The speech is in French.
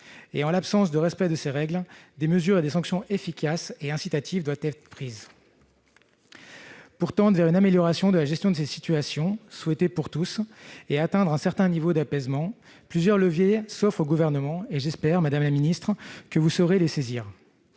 En l'absence de respect de ces règles, des mesures et sanctions efficaces et dissuasives doivent être prises. Pour améliorer la gestion de ces situations, ce qui est souhaitable pour tous, et atteindre un certain niveau d'apaisement, plusieurs leviers s'offrent au Gouvernement. J'espère, madame la ministre, que vous saurez les saisir.